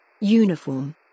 Uniform